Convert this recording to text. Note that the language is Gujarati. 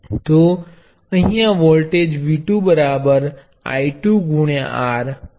તો અહીંયા વોલ્ટેજ V 2 બરાબર I2 R થશે